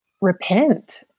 repent